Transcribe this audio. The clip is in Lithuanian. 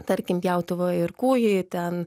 tarkim pjautuvą ir kūjį ten